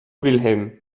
wilhelm